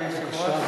אדוני היושב-ראש,